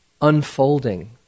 unfolding